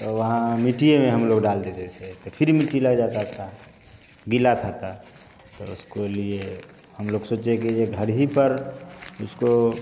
तो वहाँ मिट्टिए में हम लोग डाल देते थे तो फिर मिट्टी लग जाता था गीला था तो तो उसको लिए हम लोग सोचे कि ये घर ही पर उसको